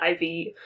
IV